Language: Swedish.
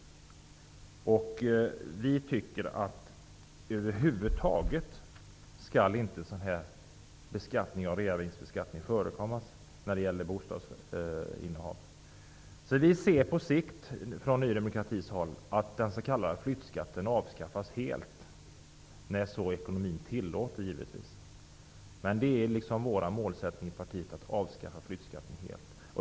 Vi tycker att det egentligen inte borde förekomma någon reavinstbeskattning på bostad över huvud taget. Från Ny demokratis håll vill vi på sikt se flyttskatten avskaffad helt, givetvis när ekonomin så tillåter.